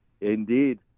Indeed